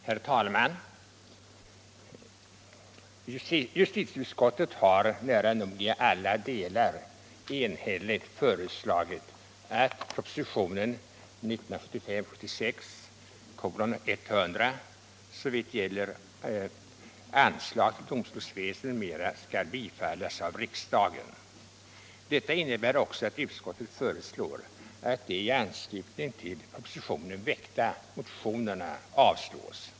Herr talman! Justitieutskottet har nära nog i alla delar enhälligt föreslagit att propositionen 1975/76:100 såvitt gäller anslag till domstolsväsendet m.m. skall bifallas av riksdagen. Detta innebär också att utskottet avstyrker de i anslutning till propositionen väckta motionerna.